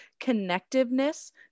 connectiveness